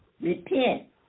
Repent